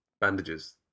Bandages